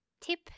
Tip